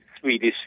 Swedish